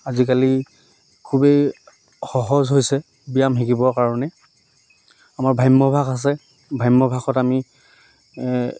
আজিকালি খুবেই সহজ হৈছে ব্যায়াম শিকিবৰ কাৰণে আমাৰ ভাম্যভাস আছে ভাম্যভাসত আমি